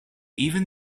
even